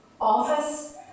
office